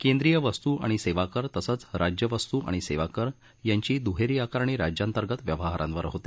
केंद्रीय वस्तू आणि सेवा कर तसंच राज्य वस्तू आणि सेवा कर यांची दुहेरी आकारणी राज्यांतर्गत व्यवहारांवर होते